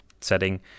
setting